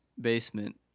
basement